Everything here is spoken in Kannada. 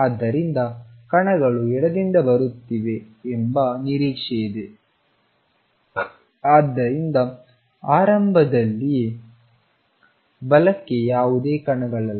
ಆದ್ದರಿಂದ ಕಣಗಳು ಎಡದಿಂದ ಬರುತ್ತಿವೆ ಎಂಬ ನಿರೀಕ್ಷೆಯಿಂದ ಆದ್ದರಿಂದ ಆರಂಭದಲ್ಲಿ ಬಲಕ್ಕೆ ಯಾವುದೇ ಕಣಗಳಲ್ಲ